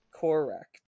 Correct